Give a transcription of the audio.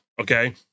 Okay